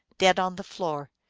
dead on the floor,